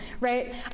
right